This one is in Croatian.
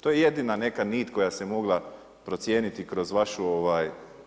To je jedina neka nit koja se mogla procijeniti kroz vašu